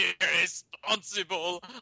irresponsible